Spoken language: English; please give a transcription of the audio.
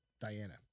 Diana